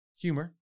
humor